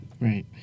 Right